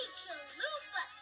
chalupa